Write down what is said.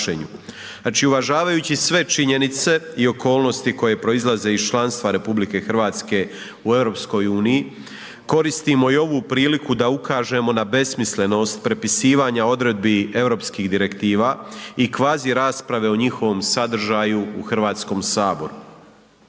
Znači uvažavajući sve činjenice i okolnosti koje proizlaze iz članstva RH u EU-u, koristimo i ovu priliku da ukažemo na besmislenost prepisivanja odredbi europskih direktiva i kvazi rasprave o njihovom sadržaju u Hrvatskom saboru.